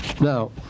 Now